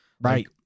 Right